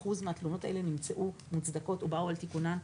81% מהתלונות האלה נמצאו מוצדקות או באו על תיקונן.